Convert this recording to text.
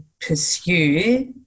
pursue